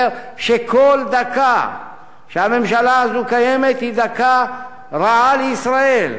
שכל דקה שהממשלה הזו קיימת היא דקה רעה לישראל,